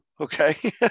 Okay